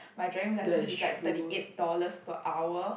my driving lessons is like thirty eight dollars per hour